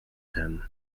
them